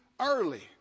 early